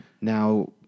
Now